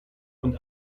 und